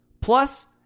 Plus